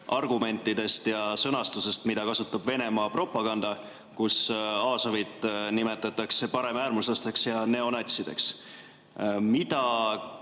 argumentidest ja sõnastusest, mida kasutab Venemaa propaganda, kus Azovit nimetatakse paremäärmuslasteks ja neonatsideks. Mida